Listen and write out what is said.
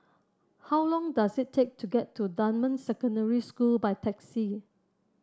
how long does it take to get to Dunman Secondary School by taxi